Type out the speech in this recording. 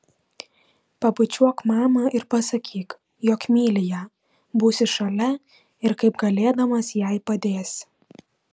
pabučiuok mamą ir pasakyk jog myli ją būsi šalia ir kaip galėdamas jai padėsi